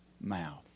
mouth